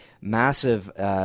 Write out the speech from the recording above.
massive